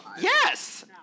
yes